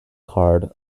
card